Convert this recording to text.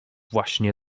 właśnie